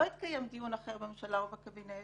לא התקיים דיון אחר בממשלה או בקבינט